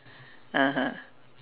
(uh huh)